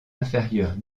inférieure